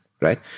right